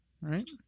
right